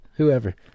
whoever